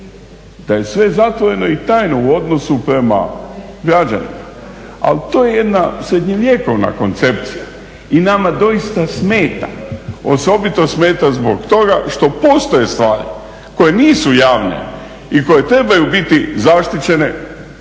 da je sve zatvoreno i tajno u odnosu prema građanima. Ali to je jedna srednjovjekovna koncepcija. I nama doista smeta. Osobito smeta zbog toga što postoje stvari koje nisu javne i koje trebaju biti zaštićene,